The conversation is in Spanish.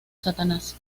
satanás